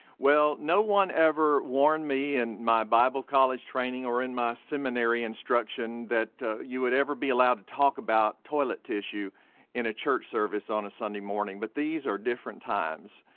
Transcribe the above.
well no one ever warned me in my bible college training or in my seminary instruction that you would ever be able to talk about toilet tissue in a church service on a sunday morning, but these are different times.